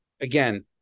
again